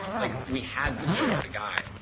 like we had the story about the guy.